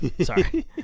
Sorry